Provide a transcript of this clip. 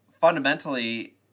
fundamentally